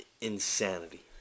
insanity